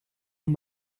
nun